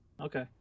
Okay